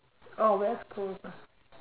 oh West coast ah